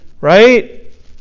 right